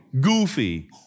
goofy